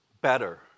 better